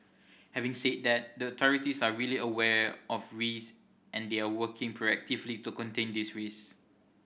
having said that the authorities are really aware of risk and they are working proactively to contain these risk